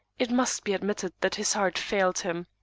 it must be admitted that his heart failed him.